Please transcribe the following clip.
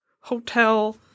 hotel